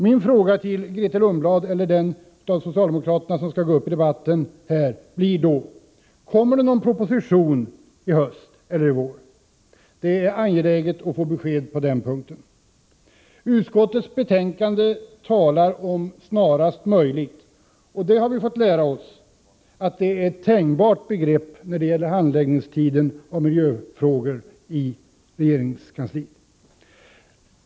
Min fråga till Grethe Lundblad, eller till den av socialdemokraterna som skall gå upp i debatten här, blir då: Kommer det någon proposition om blyfri bensin i höst eller i vår? Det är angeläget att vi får ett besked på denna punkt. I utskottets betänkande talas om ”snarast möjligt”. Det är — det har vi fått lära oss — ett tänjbart begrepp när det gäller handläggningstiden för miljöfrågor i regeringskansliet.